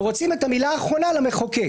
ורוצים את המילה האחרונה למחוקק.